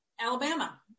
Alabama